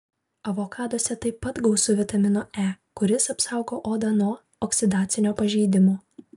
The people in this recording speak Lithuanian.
avokaduose taip pat gausu vitamino e kuris apsaugo odą nuo oksidacinio pažeidimo